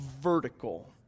vertical